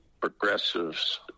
progressives